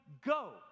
Go